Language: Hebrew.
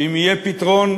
שאם יהיה פתרון,